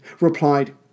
replied